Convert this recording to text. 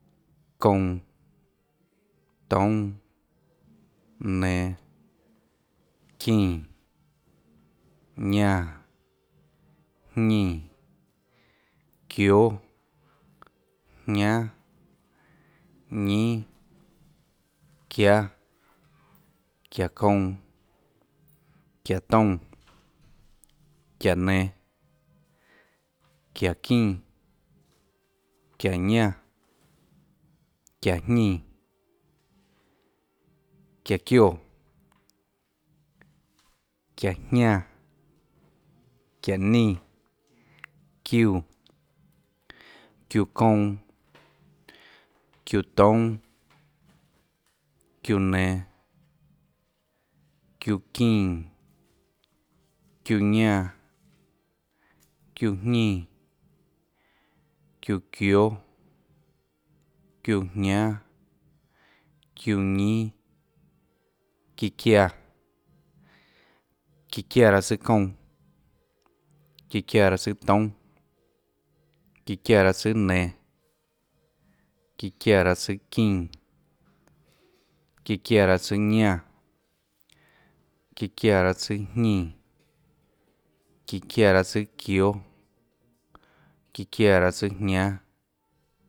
Kounã, toúnâ, nenå, çínã, ñánã, jñínã, çióâ, jñánâ, ñínâ, çiáâ, çiáhå kounã, çiáhå toúnâ, çiáhå nen, çiáhå çínã, çiáhå ñánã, çiáhå jñínã, çiáhå çioè, çiáhå jñánã, çiáhå nínã, çiúã, çiúã kounã, çiúã toúnâ, çiúã nenå, çiúã çínã, çiúã ñánã, çiúã jñínã, çiúã çióâ, çiúã jñánâ, çiúã ñínâ, çíã çiáã, çíã çiáã raâ tsùâ kounã, çíã çiáã raâ tsùâ toúnâ, çíã çiáã raâ tsùâ nenå, çíã çiáã raâ tsùâ çínã, çíã çiáã raâtsùâ ñánã çíã çiáã raâ tsùâ jñínã çíã çiáã raâ tsùâ çióâ, çiáã raâ tsùâjñánâ.